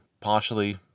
partially